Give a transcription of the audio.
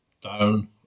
down